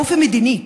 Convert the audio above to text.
אופי מדיני,